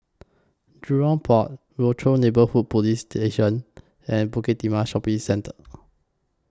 Jurong Port Rochor Neighborhood Police Station and Bukit Timah Shopping Centre